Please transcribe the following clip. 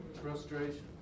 Frustration